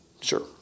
Sure